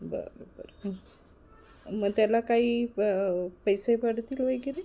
बरं बरं मग त्याला काही प पैसे पडतील वैगेरे